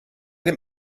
dem